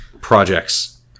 projects